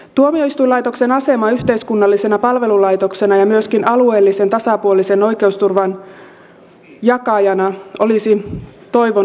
tuomioistuinlaitoksen aseman yhteiskunnallisena palvelulaitoksena ja myöskin alueellisen ja tasapuolisen oikeusturvan jakajana olisi toivonut säilyvän